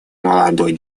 молодой